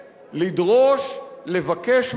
לדרוש, לבקש מידע,